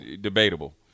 debatable